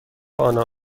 آنا